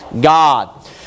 God